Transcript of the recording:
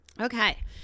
Okay